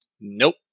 Nope